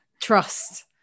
trust